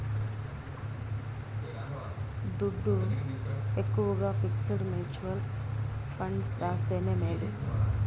దుడ్డు ఎక్కవగా fixed mutual funds దాస్తేనే మేలు